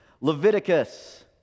Leviticus